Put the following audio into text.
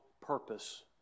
purpose